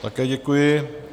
Také děkuji.